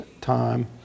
time